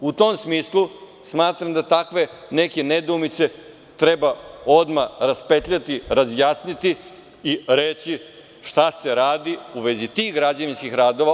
U tom smislu smatram da neke takve nedoumice treba raspetljati, razjasniti i reći šta se radi u vezi tih građevinskih radova.